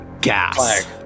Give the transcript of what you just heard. gas